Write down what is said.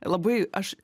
labai aš